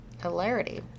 Hilarity